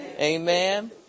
Amen